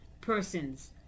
person's